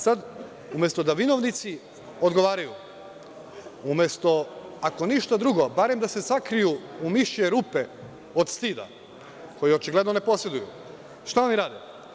Sada, umesto da vinovnici odgovaraju, umesto, ako ništa drugo, barem da se sakriju u mišje rupe od stida, koji očigledno ne poseduju, šta oni rade?